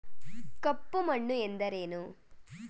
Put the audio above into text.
ಕಪ್ಪು ಮಣ್ಣು ಎಂದರೇನು?